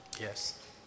Yes